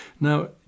Now